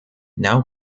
now